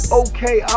okay